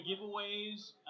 giveaways